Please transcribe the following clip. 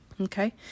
Okay